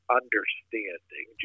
understanding